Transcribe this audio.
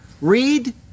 Read